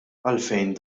għalfejn